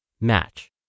Match